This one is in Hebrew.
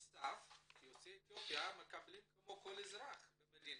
שיוצאי אתיופיה מקבלים כמו כל אזרח במדינה,